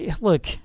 Look